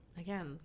again